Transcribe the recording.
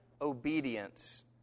obedience